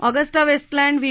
Agusta Westland V